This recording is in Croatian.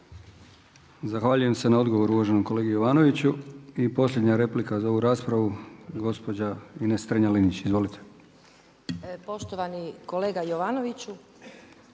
Zahvaljujem se na odgovoru uvaženom kolegi Jovanoviću. I posljednja replika za ovu raspravu gospođa Ines Strenja-Linić. Izvolite. **Strenja,